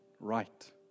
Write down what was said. right